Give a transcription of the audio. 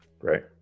right